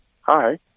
Hi